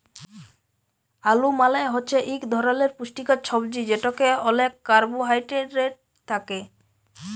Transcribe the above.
আলু মালে হছে ইক ধরলের পুষ্টিকর ছবজি যেটতে অলেক কারবোহায়ডেরেট থ্যাকে